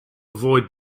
avoid